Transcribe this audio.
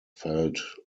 felt